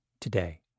today